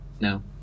no